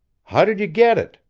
how did you get it?